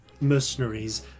mercenaries